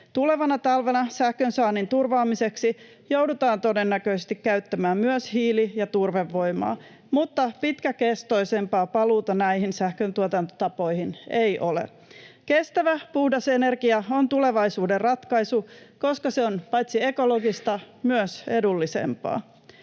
Tulevana talvena sähkönsaannin turvaamiseksi joudutaan todennäköisesti käyttämään myös hiili- ja turvevoimaa, mutta pitkäkestoisempaa paluuta näihin sähköntuotantotapoihin ei ole. Kestävä puhdas energia on tulevaisuuden ratkaisu, koska se on paitsi ekologista myös edullisempaa.